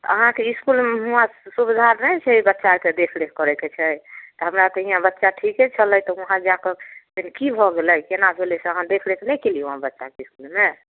अहाँके इस्कुलमे सुविधा नहि छै बच्चाके देखरेख करैके छै तऽ हमरा तऽ यहाँ बच्चा ठीके छलै तऽ वहाँ जा कऽ फेर की भऽ गेलै केना भेलै से अहाँ देखरेख नहि केलियै वहाँपे बच्चाके इस्कुलमे